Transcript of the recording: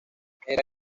era